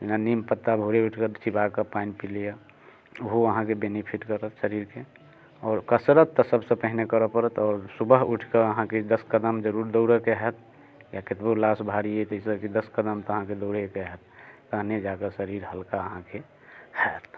जेना नीम पत्ता भोरे उठि कऽ चीबा कऽ पानि पिब लिअ ओहो अहाँके बेनीफिट करत शरीरके आओर कसरत तऽ सभसँ पहिने करऽ पड़त आओर सुबह उठिके अहाँके दस कदम जरूर दौड़ैके हैत या कतबो लास भारी अइ तैसँ कि दस कदम तऽ अहाँके दौड़ैके हैत तहने जाकऽ शरीर हल्का अहाँके हैत